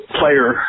player